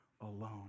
alone